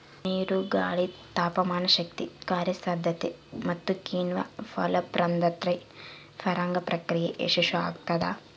ನೀರು ಗಾಳಿ ತಾಪಮಾನಶಕ್ತಿ ಕಾರ್ಯಸಾಧ್ಯತೆ ಮತ್ತುಕಿಣ್ವ ಫಲಪ್ರದಾದ್ರೆ ಪರಾಗ ಪ್ರಕ್ರಿಯೆ ಯಶಸ್ಸುಆಗ್ತದ